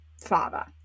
father